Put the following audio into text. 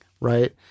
right